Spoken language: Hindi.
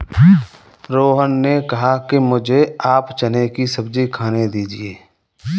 रोहन ने कहा कि मुझें आप चने की सब्जी खाने दीजिए